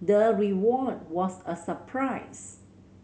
the reward was a surprise